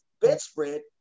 bedspread